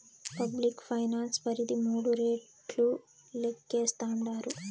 public finance పరిధి మూడు రెట్లు లేక్కేస్తాండారు